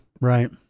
right